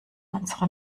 unsere